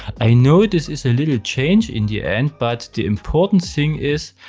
i know this is a little change in the end, but the important thing is,